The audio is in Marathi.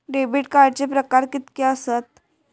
डेबिट कार्डचे प्रकार कीतके आसत?